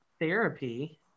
therapy